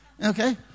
Okay